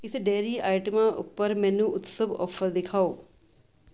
ਇਸ ਡੇਅਰੀ ਆਈਟਮਾਂ ਉੱਪਰ ਮੈਨੂੰ ਉਤਸਵ ਔਫ਼ਰ ਦਿਖਾਓ